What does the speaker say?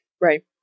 right